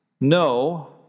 no